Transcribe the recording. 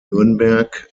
nürnberg